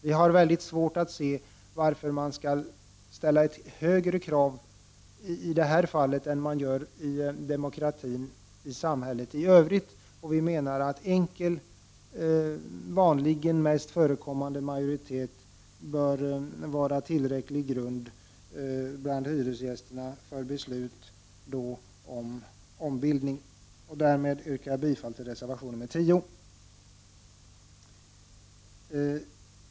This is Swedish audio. Vi har mycket svårt att inse varför det skall ställas högre krav i detta fall än när det gäller andra demokratiska frågor i samhället i övrigt. Vi menar att enkel majoritet bland hyresgästerna bör vara tillräckligt vid beslut om ombildning. Därmed yrkar jag bifall till reservation 10.